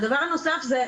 והדבר הנוסף זה,